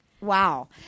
Wow